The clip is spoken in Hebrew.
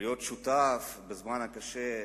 להיות שותף בזמן הקשה,